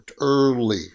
early